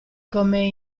come